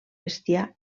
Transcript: bestiar